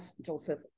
Joseph